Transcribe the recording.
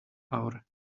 hour